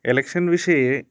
election विषये